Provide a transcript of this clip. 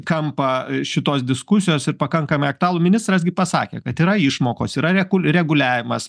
kampą šitos diskusijos ir pakankamai aktualų ministras gi pasakė kad yra išmokos yra rekul reguliavimas